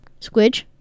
Squidge